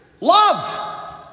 Love